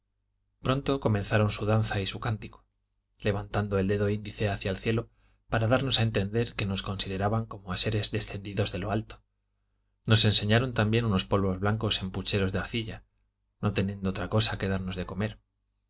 pronto comenzaron su danza y su cántico levantando el dedo índice hacia el cielo para darnos a entender que nos consideraban como a seres descendidos de lo alto nos enseñaron también unos polvos blancos en pucheros de arcilla no teniendo otra cosa que darnos de comer